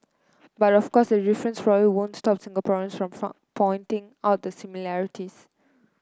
but of course the difference won't stop Singaporeans from pointing out the similarities